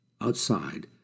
Outside